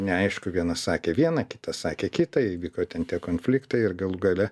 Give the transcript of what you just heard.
neaišku vienas sakė vieną kitas sakė kitą įvyko ten tie konfliktai ir galų gale